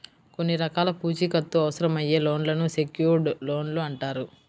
కొన్ని రకాల పూచీకత్తు అవసరమయ్యే లోన్లను సెక్యూర్డ్ లోన్లు అంటారు